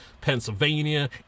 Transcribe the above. Pennsylvania